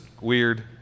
weird